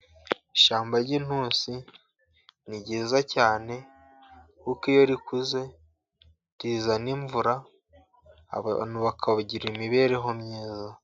Ishyamba ry'intusi ni ryiza cyane , kuko iyo rikuze rizana imvura, abantu bakagira imibereho myiza.